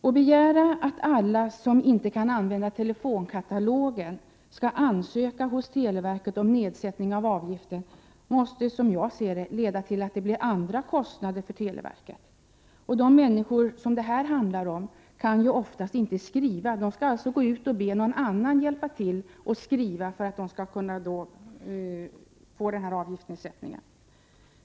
Att begära att alla som inte kan använda telefonkatalogen skall ansöka hos televerket om nedsättning av avgift måste, som jag ser det, leda till andra kostnader för televerket. De människor som det här handlar om kan dessutom oftast inte skriva. De måste alltså be någon annan person skriva åt dem, för att de skall få denna avgiftsnedsättning.